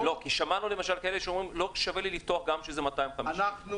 250. שמענו כאלה שאומרים שלא שווה להם לפתוח גם עם 250. זה תלוי,